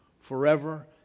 forever